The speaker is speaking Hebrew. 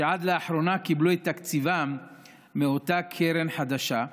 שעד לאחרונה קיבלו את תקציבם מאותה קרן חדשה,